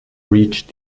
reach